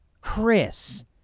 Chris